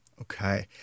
okay